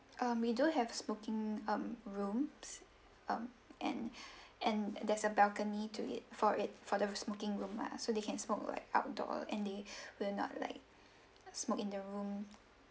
um we do have smoking um rooms um and and there's a balcony to it for it for the smoking room lah so they can smoke like outdoor and they will not like smoke in the room